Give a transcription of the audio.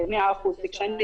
--- קשיים,